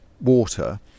water